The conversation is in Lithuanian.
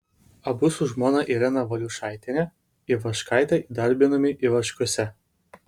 abu su žmona irena valiušaitiene ivaškaite įdarbinami ivoškiuose